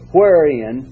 Wherein